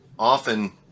Often